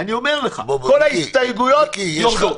אני אומר לך: כל ההסתייגויות יורדות.